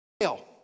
fail